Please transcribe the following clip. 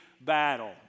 battle